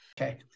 okay